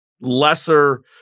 lesser